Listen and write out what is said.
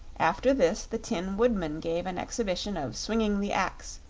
after this the tin woodman gave an exhibition of swinging the axe,